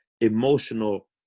emotional